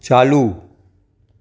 चालू